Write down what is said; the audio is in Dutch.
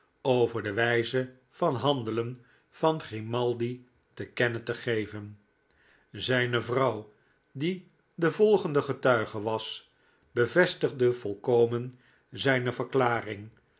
over de wijze van handelen van grimaldi te kennen te geven zijne vrouw die de volgende getuige was bevestigde volkomen zijne verklaring